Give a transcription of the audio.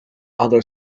other